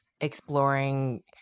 exploring